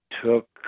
took